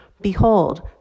Behold